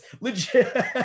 legit